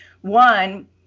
one